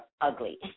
ugly